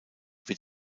wird